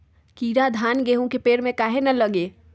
कीरा धान, गेहूं के पेड़ में काहे न लगे?